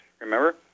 remember